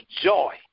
joy